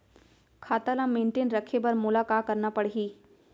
खाता ल मेनटेन रखे बर मोला का करना पड़ही?